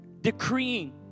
decreeing